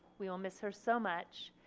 we will miss her so much.